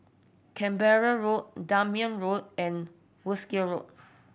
Canberra Road Dunman Road and Wolskel Road